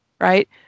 Right